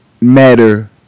matter